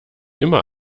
immer